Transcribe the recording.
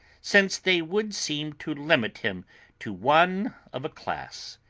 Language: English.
since they would seem to limit him to one of a class.